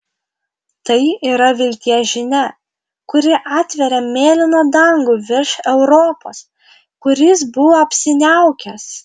tai yra vilties žinia kuri atveria mėlyną dangų virš europos kuris buvo apsiniaukęs